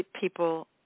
people